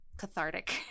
cathartic